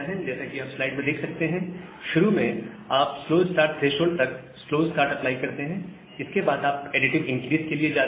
जैसा कि आप स्लाइड में देख सकते हैं शुरू में आप स्लो स्टार्ट थ्रेशोल्ड तक स्लो स्टार्ट अप्लाई करते हैं और इसके बाद आप एडिटिव इनक्रीस के लिए जाते हैं